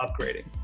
upgrading